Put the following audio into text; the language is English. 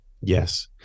Yes